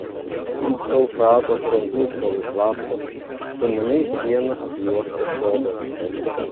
ant eufrato krantų stovi slaptas sumaniai siena apjuostas sodas